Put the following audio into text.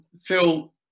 Phil